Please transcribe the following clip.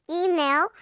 email